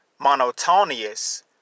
monotonous